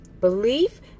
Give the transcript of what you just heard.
belief